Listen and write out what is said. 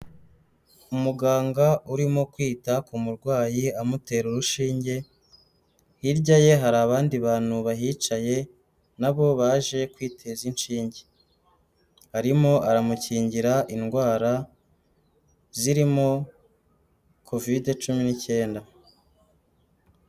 Umuganga urimo kwita ku murwayi amutera urushinge, hirya ye hari abandi bantu bahicaye nabo baje kwiteza inshinge, arimo aramukingira indwara zirimo Kovide cumi n'icyenda.